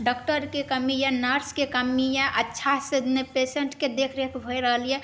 डॉक्टरके कमी यऽ नर्सके कमी यऽ अच्छा से नहि पेशेन्टके देखरेख होइ रहल यऽ